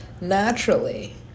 naturally